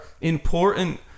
important